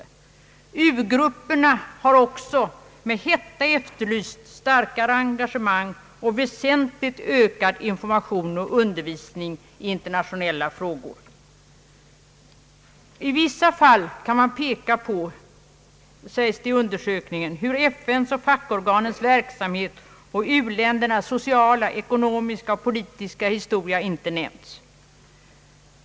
I vissa fall kan man peka på, sägs det i undersökningen, hur FN:s och fackorganens verksamhet och u-ländernas sociala, ekonomiska och politiska historia inte nämnts. U-grupperna har också med hetta efterlyst starkare engagemang och väsentligt ökad information och undervisning i internationella frågor.